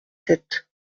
sept